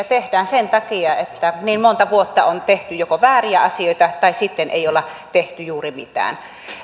tehdään sen takia että niin monta vuotta on tehty joko vääriä asioita tai sitten ei olla tehty juuri mitään